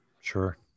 Sure